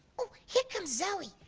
oh here comes zoe,